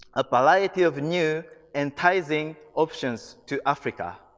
a variety of new enticing options to africa.